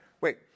wait